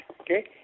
Okay